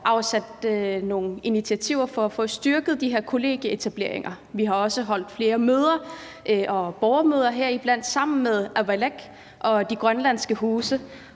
igangsat nogle initiativer for at få styrket de her kollegieetableringer. Vi har også holdt flere møder og borgermøder, bl.a. sammen med Avalak og de grønlandske huse,